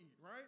right